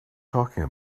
talking